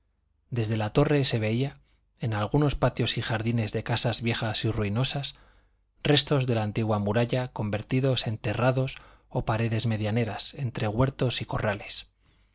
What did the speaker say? desde la torre se veía en algunos patios y jardines de casas viejas y ruinosas restos de la antigua muralla convertidos en terrados o paredes medianeras entre huertos y corrales